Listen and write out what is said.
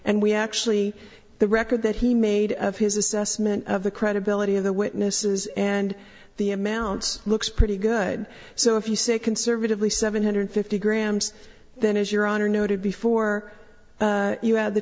and we actually the record that he made of his assessment of the credibility of the witnesses and the amounts looks pretty good so if you say conservatively seven hundred fifty grams then is your honor noted before you add the